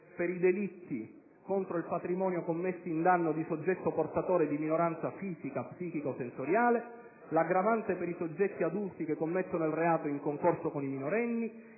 per i delitti contro il patrimonio commessi in danno di soggetto portatore di minorazione fisica, psichica o sensoriale; l'aggravante per i soggetti adulti che commettono il reato in concorso con minorenni;